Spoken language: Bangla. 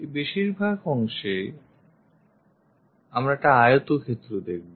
এই বেশিরভাগ অংশে আমরা একটা আয়তক্ষেত্র দেখবো